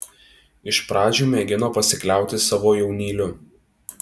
iš pradžių mėgino pasikliauti savo jaunyliu